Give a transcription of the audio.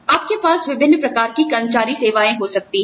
आपके पास विभिन्न प्रकार की कर्मचारी सेवाएं हो सकती हैं